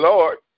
Lord